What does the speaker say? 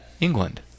England